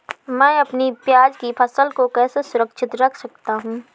मैं अपनी प्याज की फसल को कैसे सुरक्षित रख सकता हूँ?